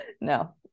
No